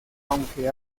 aunque